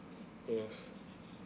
yes